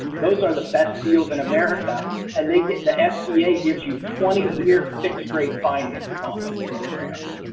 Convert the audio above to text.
those are the best deals in america and they get the sba gives you twenty year fixed rate financing on those programs.